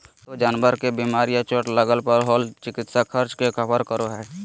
पालतू जानवर के बीमार या चोट लगय पर होल चिकित्सा खर्च के कवर करो हइ